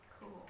Cool